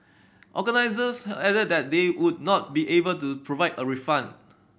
organisers added that they would not be able to provide a refund